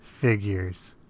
figures